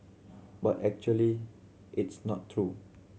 but actually it's not true